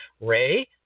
Ray